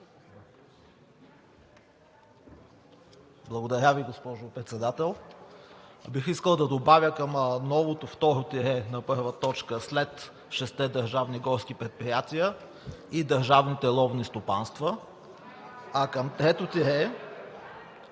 Благодаря Ви, госпожо Председател. Бих искал да добавя към новото второ тире на първа точка – след шестте държавни горски предприятия и държавните ловни стопанства, а към трето тире